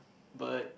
but